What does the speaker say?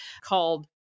called